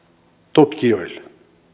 tutkijoille